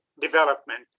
development